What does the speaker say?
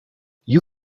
you